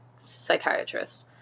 psychiatrist